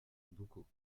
boucau